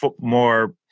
more